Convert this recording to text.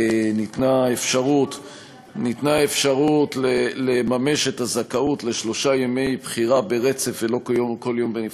ניתנה אפשרות לממש את הזכאות לשלושה ימי בחירה ברצף ולא כל יום בנפרד,